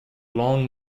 long